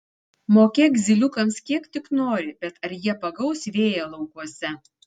mokėk zyliukams kiek tik nori bet ar jie pagaus vėją laukuose